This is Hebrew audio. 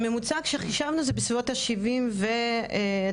בסביבות ה-73%